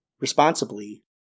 responsibly